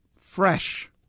fresh